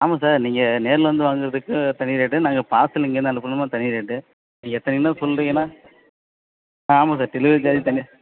ஆமாம் சார் நீங்கள் நேரில் வந்து வாங்கிறதுக்கு தனி ரேட்டு நாங்கள் பார்சல் இங்கே இருந்து அனுப்பணுமா தனி ரேட்டு நீங்கள் எத்தனை கிலோ சொல்கிறீங்கன்னா ஆமாம் சார் டெலிவரி சார்ஜ் தனி